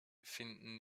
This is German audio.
finden